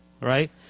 right